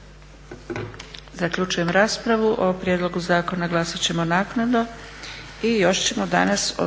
Zaključujem raspravu. O prijedlogu zakona glasat ćemo naknadno.